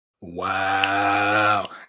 Wow